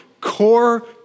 core